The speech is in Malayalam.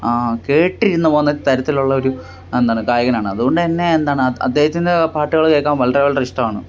കേട്ടിരുന്നു പോകുന്ന തരത്തിലുള്ളൊരു എന്താണ് ഗായകനാണ് അതുകൊണ്ടുതന്നെ എന്താണ് അദ്ദേഹത്തിന്റെ പാട്ടുകള് കേൾക്കാൻ വളരെ വളരെ ഇഷ്ടമാണ്